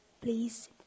Please